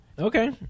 Okay